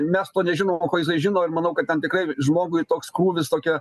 mes to nežinom o ko jisai žino ir manau kad ten tikrai žmogui toks krūvis tokia